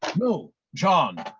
know, john,